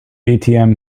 atm